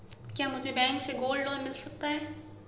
क्या मुझे बैंक से गोल्ड लोंन मिल सकता है?